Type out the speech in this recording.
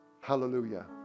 Hallelujah